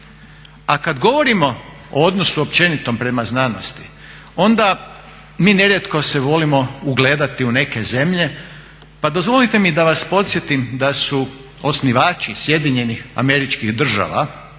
A kad govorimo o odnosu općenitom prema znanosti onda mi nerijetko se volimo ugledati u neke zemlje pa dozvolite mi da vas podsjetim da su osnivači SAD-a poput Benjamina